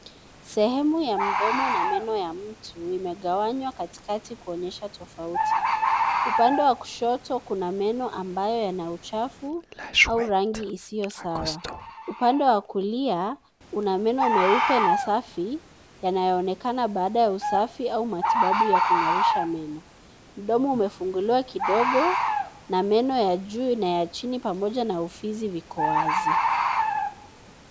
Sehemu ya mdomo na meno ya mtu imegawanywa kati kati kuonyesha tofauti. Upande wa kushoto, kuna meno ambayo yana uchafu au rangi isiyo sawa. Upande wa kulia, una meno meupe na safi yanaoyoonekana baada ya usafi au matibabu ya kungarisha meno. Mdomo umefunguliwa kidogo na meno ya juu na ya chini pamoja na ufizi ziko wazi.